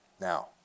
Now